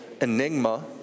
enigma